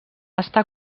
està